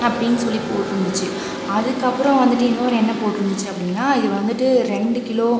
அப்படின்னு சொல்லிப் போட்டுருந்துச்சு அதுக்கப்புறம் வந்துட்டு இன்னொரு என்ன போட்டுருந்துச்சு அப்படின்னா இது வந்துட்டு ரெண்டு கிலோ